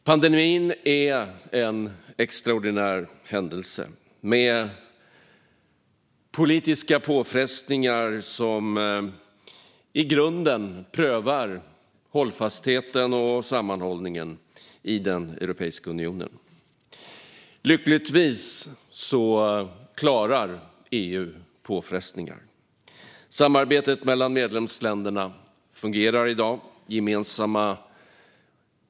Pandemin är en extraordinär händelse, med politiska påfrestningar som i grunden prövar hållfastheten och sammanhållningen i Europeiska unionen. Lyckligtvis klarar EU påfrestningar. Samarbetet mellan medlemsländerna fungerar i dag.